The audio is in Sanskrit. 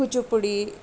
कूचुपुडि